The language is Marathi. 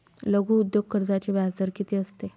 लघु उद्योग कर्जाचे व्याजदर किती असते?